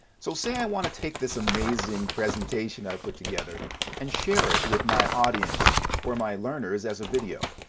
so say i want to take this amazing presentation i put together and share it with my audience or my learners as a video.